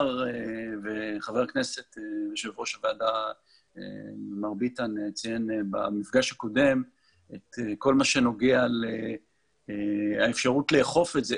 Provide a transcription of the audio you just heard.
יושב ראש הוועדה ציין במפגש הקודם את כל מה שנוגע לאפשרות לאכוף את זה,